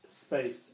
space